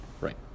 Right